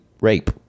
rape